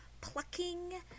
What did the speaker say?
plucking